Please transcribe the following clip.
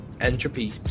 entropy